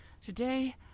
today